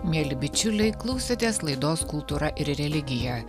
mieli bičiuliai klausėtės laidos kultūra ir religija